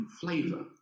flavor